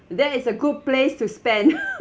there is a good place to spend